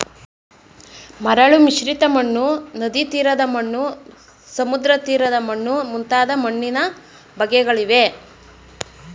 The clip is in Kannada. ಮರಳು ಮಿಶ್ರಿತ ಮಣ್ಣು, ನದಿತೀರದ ಮಣ್ಣು, ಸಮುದ್ರತೀರದ ಮಣ್ಣು ಮುಂತಾದ ಮಣ್ಣಿನ ಬಗೆಗಳಿವೆ